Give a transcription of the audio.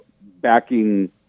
backing